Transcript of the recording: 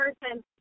person